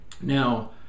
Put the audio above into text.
now